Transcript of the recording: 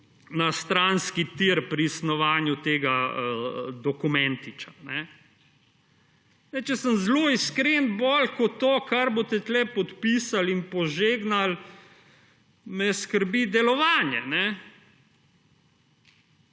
na stranski tir pri snovanju tega dokumentiča. Če sem zelo iskren, bolj kot to, kar boste tukaj podpisali in požegnali, me skrbi delovanje,